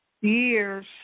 years